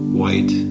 white